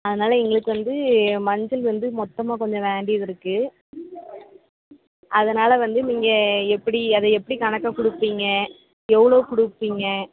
அதனால் எங்களுக்கு வந்து மஞ்சள் வந்து மொத்தமாக கொஞ்சம் வேண்டியது இருக்குது அதனால் வந்து நீங்கள் எப்படி அதை எப்படி கணக்காக கொடுப்பீங்க எவ்வளோ கொடுப்பீங்க